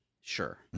Sure